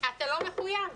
אתה לא מחויב.